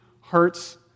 hurts